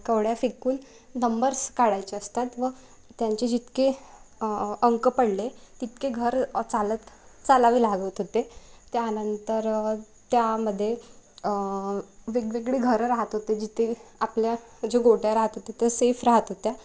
कवड्या फेकून नंबर्स काढायचे असतात व त्यांचे जितके अंक पडले तितके घर चालत चालावे लागत होते त्यानंतर त्यामध्ये वेगवेगळे घरं राहत होते जिथे आपल्या जे गोट्या राहत होते तर सेफ राहत होत्या